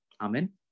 Amen